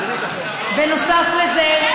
נוסף על זה,